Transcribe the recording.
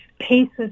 paces